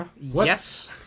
yes